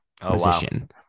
position